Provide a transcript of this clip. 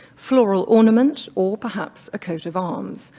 flora ornament, or perhaps a coat of arms.